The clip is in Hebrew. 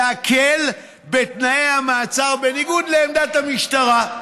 להקל בתנאי המעצר, בניגוד לעמדת המשטרה,